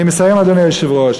אני מסיים, אדוני היושב-ראש.